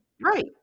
Right